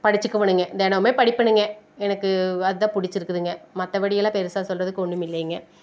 படிச்சிகுவணுங்க தினமுமே படிப்பணுங்க எனக்கு அதுதான் பிடிச்சிருக்குதுங்க மற்றபடியெல்லாம் பெருசாக சொல்கிறதுக்கு ஒன்றும் இல்லைங்க